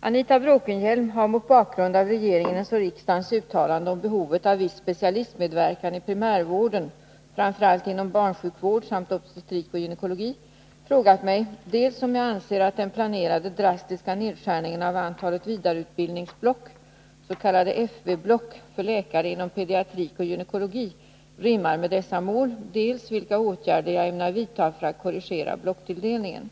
Anita Bråkenhielm har mot bakgrund av regeringens och riksdagens uttalande om behovet av viss specialistmedverkan i primärvården — framför allt inom barnsjukvård samt obstetrik och gynekologi — frågat mig dels om jag anser att den planerade drastiska nedskärningen av antalet vidareutbildningsblock för läkare inom pediatrik och gynekologi rimmar med dessa mål, dels vilka åtgärder jag ämnar vidta för att korrigera blocktilldelningen.